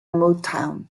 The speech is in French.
motown